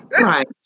Right